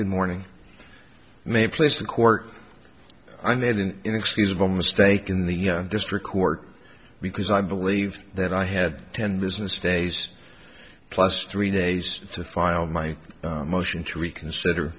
good morning may place the court i made an inexcusable mistake in the district court because i believe that i had ten business days plus three days to file my motion to